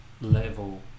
level